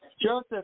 Joseph